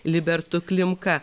libertu klimka